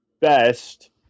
best